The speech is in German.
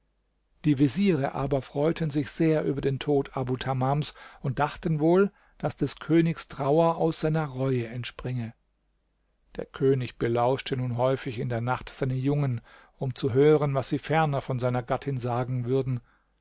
die veziere aber freuten sich sehr über den tod abu tamams und dachten wohl daß des königs trauer aus seiner reue entspringe der könig belauschte nun häufig in der nacht seine jungen um zu hören was sie ferner von seiner gattin sagen würden